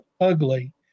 ugly